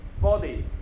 body